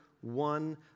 one